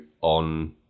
on